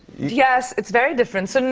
yes. it's very different. so and